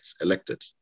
elected